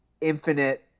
infinite